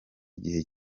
igihe